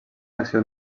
acció